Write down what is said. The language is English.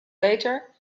later